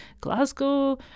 Glasgow